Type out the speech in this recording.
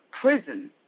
prison